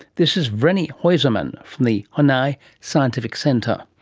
this is vreni haussermann from the huinay scientific centre.